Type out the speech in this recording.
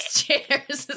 chairs